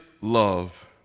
love